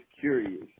curious